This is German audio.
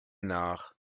nach